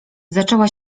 zaczęła